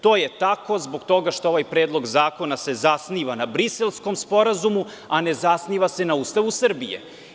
To je tako zbog toga što se ovaj Predlog zakona zasniva na Briselskom sporazumu, a ne zasniva se na Ustavu Srbije.